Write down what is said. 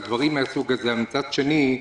אבל מצד שני,